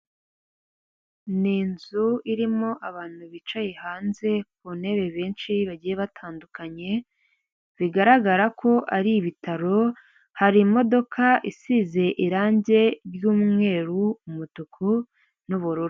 Ni inzu irimo abantu bicaye hanze ku ntebe benshi bagiye batandukanye bigaragara ko ari ibitaro hari imodoka isize irangi ry'umweru, umutuku n'bururu.